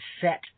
set